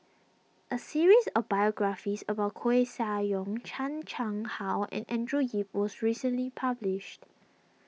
a series of biographies about Koeh Sia Yong Chan Chang How and Andrew Yip was recently published